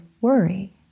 worry